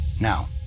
Now